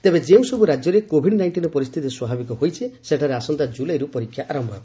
ତେବେ ଯେଉଁସବୁ ରାଜ୍ୟରେ କୋଭିଡ୍ ନାଇଷ୍ଟିନ୍ ପରିସ୍ଥିତି ସ୍ୱାଭାବିକ ହୋଇଛି ସେଠାରେ ଆସନ୍ତା କୁଲାଇରୁ ପରୀକ୍ଷା ଆରମ୍ଭ ହେବ